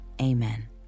Amen